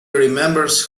remembers